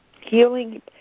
healing